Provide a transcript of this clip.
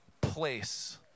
place